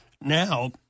Now